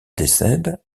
décède